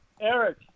Eric